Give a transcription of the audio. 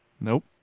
Nope